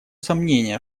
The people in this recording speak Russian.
сомнения